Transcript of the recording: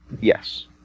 Yes